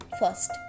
First